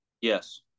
yes